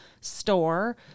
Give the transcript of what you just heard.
store